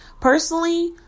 Personally